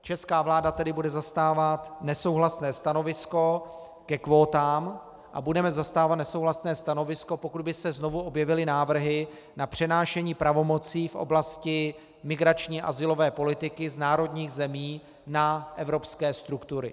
Česká vláda tedy bude zastávat nesouhlasné stanovisko ke kvótám a budeme zastávat nesouhlasné stanovisko, pokud by se znovu objevily návrhy na přenášení pravomocí v oblasti migrační azylové politiky z národních zemí na evropské struktury.